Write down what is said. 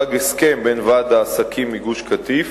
הושג הסכם בין ועד העסקים מגוש-קטיף